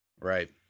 right